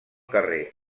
carrer